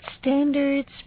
standards